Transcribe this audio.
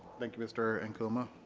thank you, mr. ankuma?